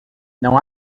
não